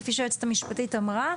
כפי שהיועצת המשפטית אמרה,